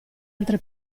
altre